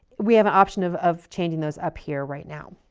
we have an option of of changing those up here right now.